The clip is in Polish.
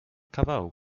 kawału